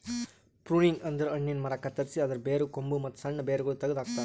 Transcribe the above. pruning ಅಂದುರ್ ಹಣ್ಣಿನ ಮರ ಕತ್ತರಸಿ ಅದರ್ ಬೇರು, ಕೊಂಬು, ಮತ್ತ್ ಸಣ್ಣ ಬೇರಗೊಳ್ ತೆಗೆದ ಹಾಕ್ತಾರ್